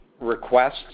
requests